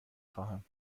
خواهم